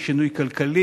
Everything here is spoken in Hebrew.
הוא שינוי כלכלי,